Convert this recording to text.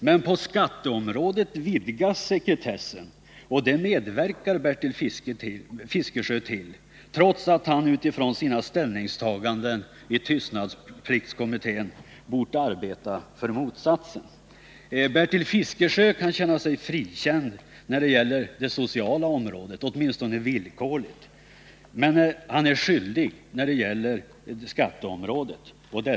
Men på skatteområdet vidgas sekretessen, och det medverkar Bertil Fiskesjö till trots att han utifrån sina ställningstaganden i tystnadspliktskommittén bort arbeta för motsatsen. Bertil Fiskesjö kan känna sig frikänd när det gäller det sociala området, åtminstone villkorligt, men han är skyldig när det gäller skatteområdet.